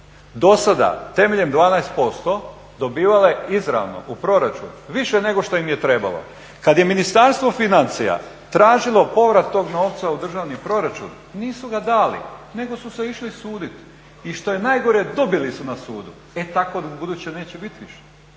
dosada temeljem 12% dobivala je izravno u proračun više nego što im je trebalo. Kada je Ministarstvo financija tražilo povrat tog novca u državni proračun nisu ga dali nego su se išli suditi. I što je najgore dobili su na sudu e tako ubuduće neće biti više.